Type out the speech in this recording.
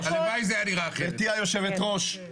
גברתי היושבת-ראש,